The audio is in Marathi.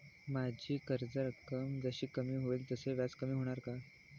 माझी कर्ज रक्कम जशी कमी होईल तसे व्याज कमी होणार का?